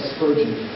Spurgeon